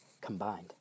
combined